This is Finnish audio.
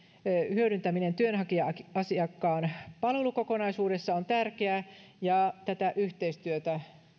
hyödyntäminen työnhakija asiakkaan palvelukokonaisuudessa on tärkeää ja tätä yhteistyötä